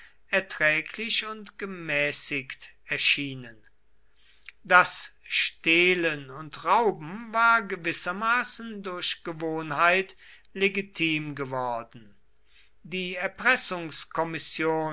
erträglich und gemäßigt erschienen das stehlen und rauben war gewissermaßen durch gewohnheit legitim geworden die